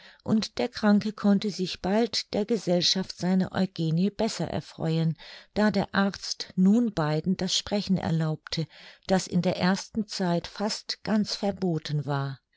und der kranke konnte sich bald der gesellschaft seiner eugenie besser erfreuen da der arzt nun beiden das sprechen erlaubte das in der ersten zeit fast ganz verboten war